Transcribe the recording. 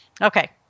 okay